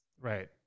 Right